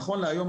נכון להיום,